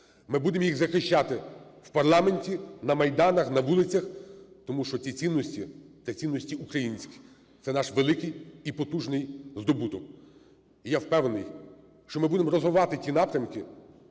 Ми будемо їх захищати в парламенті, на майданах, на вулицях, тому що ці цінності – це цінності українські, це наш великий і потужний здобуток. І я впевнений, що ми будемо розвивати ті напрямки